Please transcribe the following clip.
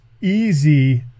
easy